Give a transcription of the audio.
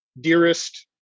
dearest